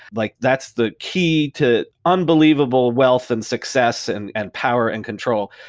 like that's the key to unbelievable wealth and success and and power and control.